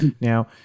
Now